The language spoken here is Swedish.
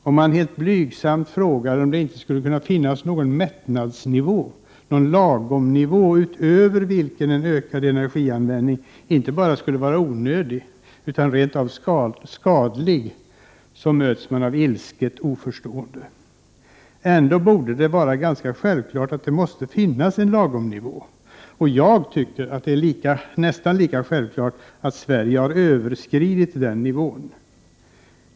Om man helt blygsamt frågar om det inte skulle kunna finnas någon mättnadsnivå, lagomnivå, utöver vilken en ökad energianvändning inte bara skulle vara onödig utan rent av skadlig, möts man av ilsket oförstående. Det borde ändå vara självklart att det finns en sådan lagomnivå, och jag tycker att det är nästan lika självklart att Sverige har överskridit den nivån.